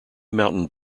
mountain